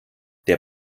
der